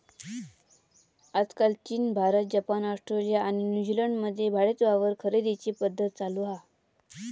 आजकाल चीन, Bharat, Japan, Australia आणि न्यूजीलंड मध्ये भाडेतत्त्वावर खरेदीची पध्दत चालु हा